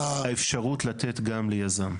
על האפשרות לתת גם ליזם.